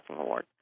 Award